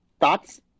Thoughts